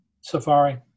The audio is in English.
Safari